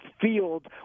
field